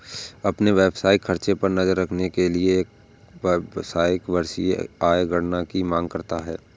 अपने व्यावसायिक खर्चों पर नज़र रखने के लिए, एक व्यवसायी वार्षिक आय गणना की मांग करता है